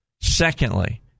Secondly